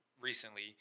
recently